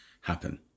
happen